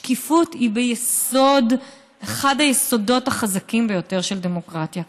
שקיפות היא אחד היסודות החזקים ביותר של דמוקרטיה.